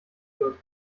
wird